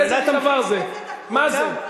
איזה מין דבר זה, מה זה.